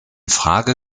frage